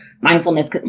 mindfulness